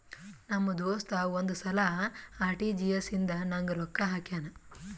ನಮ್ ದೋಸ್ತ ಒಂದ್ ಸಲಾ ಆರ್.ಟಿ.ಜಿ.ಎಸ್ ಇಂದ ನಂಗ್ ರೊಕ್ಕಾ ಹಾಕ್ಯಾನ್